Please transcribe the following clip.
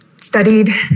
studied